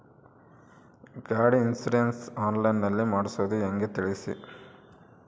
ಗಾಡಿ insurance online ನಲ್ಲಿ ಮಾಡ್ಸೋದು ಹೆಂಗ ತಿಳಿಸಿ?